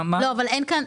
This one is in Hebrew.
מה את אומרת?